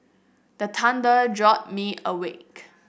the thunder jolt me awake